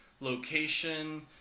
location